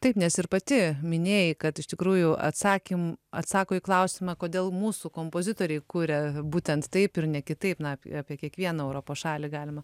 taip nes ir pati minėjai kad iš tikrųjų atsakym atsako į klausimą kodėl mūsų kompozitoriai kuria būtent taip ir ne kitaip na ap apie kiekvieną europos šalį galima